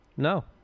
No